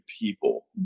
people